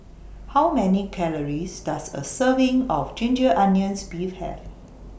How Many Calories Does A Serving of Ginger Onions Beef Have